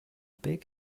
big